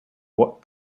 what